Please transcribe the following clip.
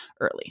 early